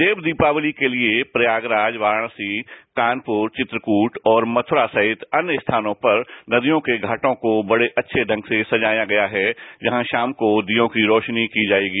देव दीपावली के लिए प्रयागराज वाराणसी कानपुर वित्रकूट और मथुरा सहित अन्य स्थानों पर नदियों के घाटों को बड़े अच्छे ढंग से सजाया गया है जहां शाम को दियों की रोशनी की जाएगी